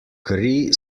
kri